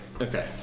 Okay